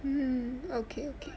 um okay okay